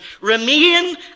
remain